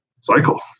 cycle